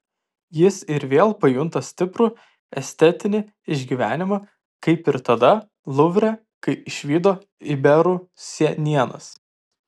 jis ir vėl pajunta stiprų estetinį išgyvenimą kaip ir tada luvre kai išvydo iberų senienas